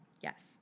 Yes